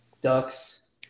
Ducks